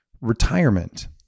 retirement